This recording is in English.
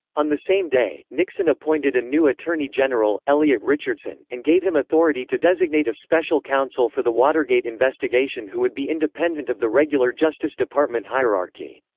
on the same day, nixon appointed a new attorney general, elliot richardson, and gave him authority to designate a special counsel for the watergate investigation who would be independent of the regular justice department hierarchy.